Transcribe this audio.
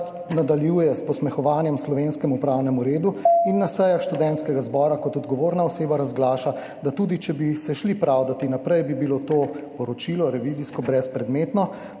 nadaljuje s posmehovanjem slovenskemu pravnemu redu in na sejah Študentskega zbora kot odgovorna oseba razglaša, da tudi če bi se šli pravdat naprej, bi bilo to revizijsko poročilo brezpredmetno,